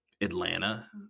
Atlanta